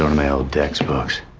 and my old text books.